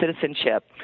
citizenship